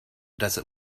desert